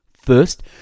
First